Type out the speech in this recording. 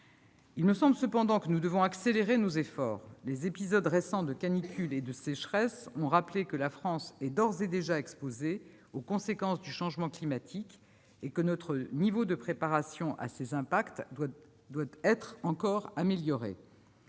Il me semble cependant que nous devons accélérer nos efforts. Les épisodes récents de canicule et de sécheresse ont rappelé que la France est d'ores et déjà exposée aux conséquences du changement climatique et que notre niveau de préparation à ces impacts doit encore être amélioré.